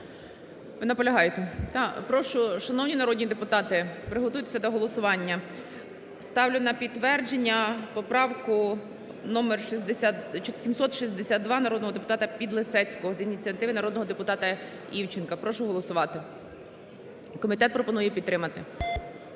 Наполягаєте? Прошу, шановні народні депутати, приготуйтеся до голосування. Ставлю на підтвердження поправку номер 762 народного депутата Підлісецького з ініціативи народного депутата Івченка. Прошу голосувати. Комітет пропонує її підтримати.